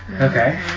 Okay